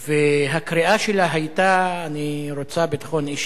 הקריאה שלה היתה: אני רוצה ביטחון אישי,